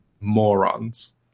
morons